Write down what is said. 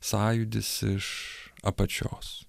sąjūdis iš apačios